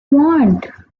want